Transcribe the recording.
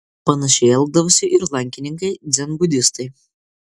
panašiai elgdavosi ir lankininkai dzenbudistai